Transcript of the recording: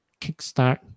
kickstart